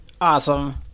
Awesome